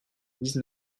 dix